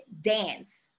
dance